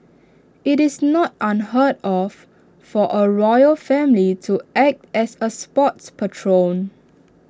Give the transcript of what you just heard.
IT is not unheard of for A royal family to act as A sports patron